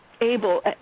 able